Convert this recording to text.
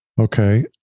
Okay